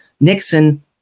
Nixon